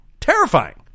Terrifying